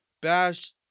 bash